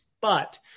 but-